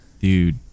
Dude